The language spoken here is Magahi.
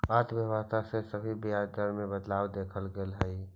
अर्थव्यवस्था से भी ब्याज दर में बदलाव देखल गेले हइ